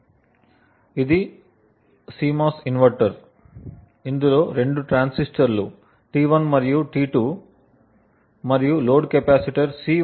కాబట్టి ఇది CMOS inverter ఇందులో రెండు ట్రాన్సిస్టర్లు T1 మరియు T2 మరియు లోడ్ కెపాసిటర్ C